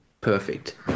perfect